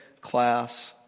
class